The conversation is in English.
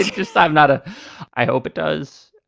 just i'm not a i hope it does.